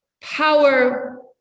power